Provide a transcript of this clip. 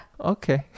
Okay